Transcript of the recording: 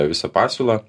visą pasiūlą